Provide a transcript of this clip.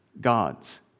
God's